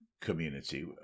Community